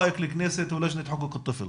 המקום הזה לוקח אותי